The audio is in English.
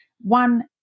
one